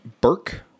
Burke